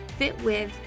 fitwith